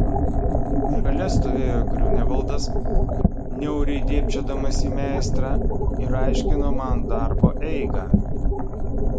šalia stovėjo griunevaldas niauriai dėbčiodamas į meistrą ir aiškino man darbo eigą